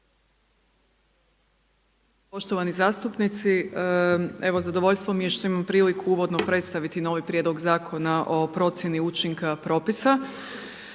Poštovani zastupnici. Evo zadovoljstvo mi je što imam priliku uvodno predstaviti novi Prijedlog zakona o procjeni učinka propisa.